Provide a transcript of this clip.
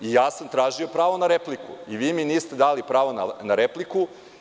Ja sam tražio pravo na repliku, a vi mi niste dali pravo na repliku.